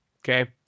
okay